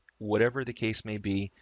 whatever the case may be.